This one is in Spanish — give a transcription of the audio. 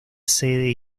sede